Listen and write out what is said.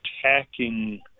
attacking